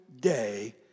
day